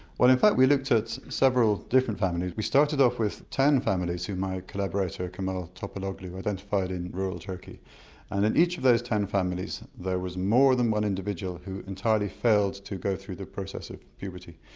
well in fact we looked at several different families. we started off with ten families who my collaborator kemal topaloglu identified in rural turkey and in each of those ten families there was more than one individual individual who entirely failed to go through the process of puberty.